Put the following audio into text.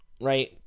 right